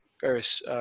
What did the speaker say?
various